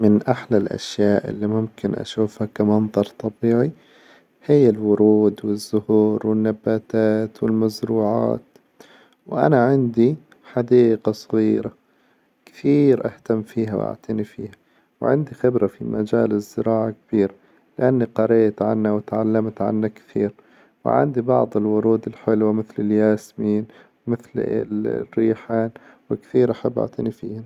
من أحلى الأشياء إللي ممكن أشوفها كمنظر طبيعي هي الورود والزهور والنباتات والمزروعات، وأنا عندي حديقة صغيرة كثير أهتم فيها وأعتني فيها، وعندي خبرة في مجال الزراعة كبيرة لأني قريت عنها وتعلمت عنها كثير، وعندي بعظ الورود الحلوة، مثل الياسمين، مثل الريحان وكثير أحب اعتني فيهن.